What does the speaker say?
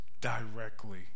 directly